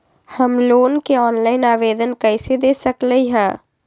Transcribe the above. हम लोन के ऑनलाइन आवेदन कईसे दे सकलई ह?